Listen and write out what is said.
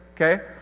okay